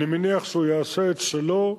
אני מניח שהוא יעשה את שלו,